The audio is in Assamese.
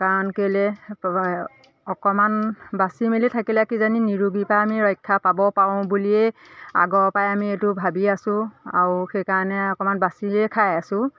কাৰণ কেলৈ অকণমান বাছি মেলি থাকিলে কিজানি নিৰোগী আমি ৰক্ষা পাব পাৰোঁ বুলিয়ে আগৰপৰাই আমি এইটো ভাবি আছো আৰু সেইকাৰণে অকণমান বাছিয়ে খাই আছো